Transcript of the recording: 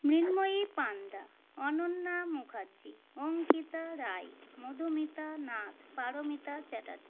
Mrinmoyee Panda Ananya Mukherjee Ankita Roy Madhumita Nath Paromita Chatterjee